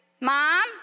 Mom